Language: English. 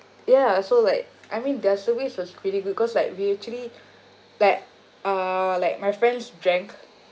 ya so like I mean their service was pretty good cause like we actually back uh like my friends drank